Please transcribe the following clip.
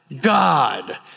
God